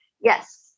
Yes